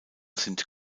sind